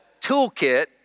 toolkit